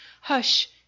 Hush